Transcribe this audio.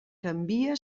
canvia